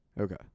Okay